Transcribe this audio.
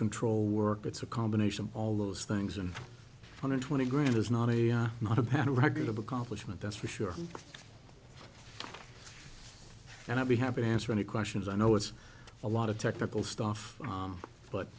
control work it's a combination of all those things and hundred twenty grand is not a i'm not a bad record of accomplishment that's for sure and i'd be happy to answer any questions i know it's a lot of technical stuff